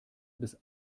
bis